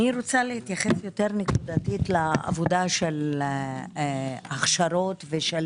אני רוצה להתייחס נקודתית יותר לעבודה של הכשרות ושל